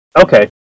Okay